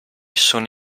sono